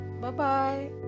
Bye-bye